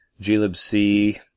GLibC